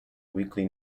weekly